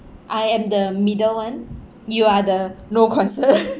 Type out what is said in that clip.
I am the middle one you are the low concert